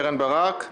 קרן ברק,